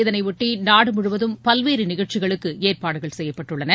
இதனையொட்டி நாடு முழுவதும் பல்வேறு நிகழ்ச்சிகளுக்கு ஏற்பாடுகள் செய்யப்பட்டுள்ளன